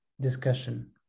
discussion